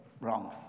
wrong